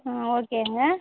ஆ ஓகேங்க